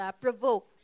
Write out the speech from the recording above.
provoke